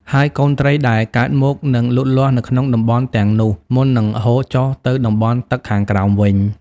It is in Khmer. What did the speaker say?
ហើយកូនត្រីដែលកើតមកនឹងលូតលាស់នៅក្នុងតំបន់ទាំងនោះមុននឹងហូរចុះទៅតំបន់ទឹកខាងក្រោមវិញ។